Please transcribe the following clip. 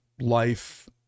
life